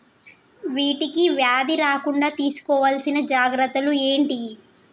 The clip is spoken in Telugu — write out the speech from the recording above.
వీటికి వ్యాధి రాకుండా తీసుకోవాల్సిన జాగ్రత్తలు ఏంటియి?